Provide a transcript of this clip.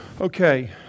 okay